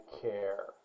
care